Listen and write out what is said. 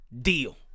deal